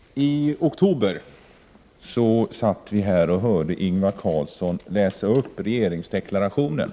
Herr talman! I oktober satt vi här och hörde Ingvar Carlsson läsa upp regeringsdeklarationen.